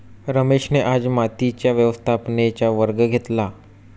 रमेशने आज मातीच्या व्यवस्थापनेचा वर्ग घेतला